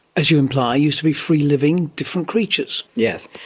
as you imply, used to be free-living, different creatures. yes,